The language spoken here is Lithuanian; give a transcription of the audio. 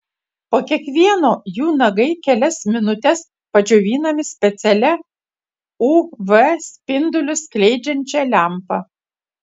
po kiekvieno jų nagai kelias minutes padžiovinami specialia uv spindulius skleidžiančia lempa